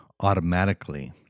automatically